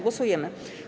Głosujemy.